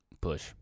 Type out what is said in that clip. Push